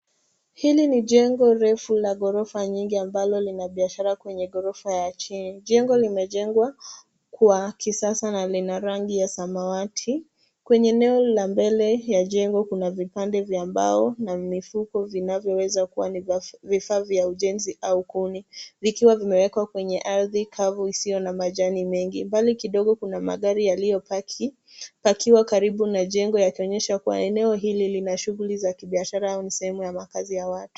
Hili ni jengo refu la ghorofa nyingi ambalo lina biashara kwenye ghorofa ya chini. Jengo limejengwa kwa kisasa na lina rangi ya samawati. Kwenye eneo la mbele ya jengo kuna vipande vya mbao na mifuko vinavyoweza kuwa ni vifaa vya ujenzi au kuni vikiwa vimewekwa kwenye ardhi kavu isio na majani mengi. Mbali kidogo kuna magari yaliyopakiwa karibu na jengo yakionyesha kuwa eneo hili lina shughuli za kibiashara au ni sehemu ya makaazi ya watu.